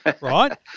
right